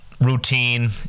routine